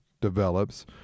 develops